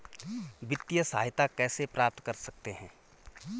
वित्तिय सहायता कैसे प्राप्त कर सकते हैं?